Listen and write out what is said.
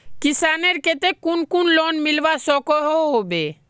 किसानेर केते कुन कुन लोन मिलवा सकोहो होबे?